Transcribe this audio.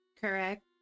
Correct